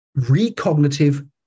recognitive